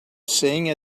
sing